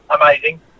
amazing